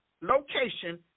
location